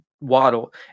Waddle